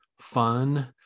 fun